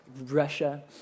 Russia